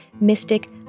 mystic